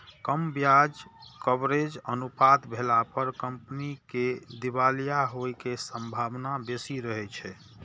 कम ब्याज कवरेज अनुपात भेला पर कंपनी के दिवालिया होइ के संभावना बेसी रहै छै